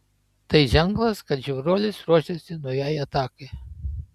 tai ženklas kad žiauruolis ruošiasi naujai atakai